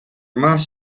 maas